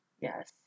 Yes